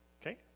Okay